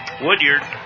Woodyard